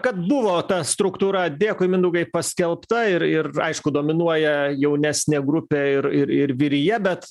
kad buvo tą struktūra dėkui mindaugai paskelbta ir ir aišku dominuoja jaunesnė grupė ir ir ir vyrija bet